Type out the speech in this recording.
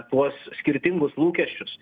tuos skirtingus lūkesčius